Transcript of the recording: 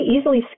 easily